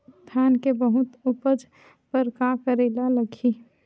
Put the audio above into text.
धान के बहुत उपज बर का करेला लगही?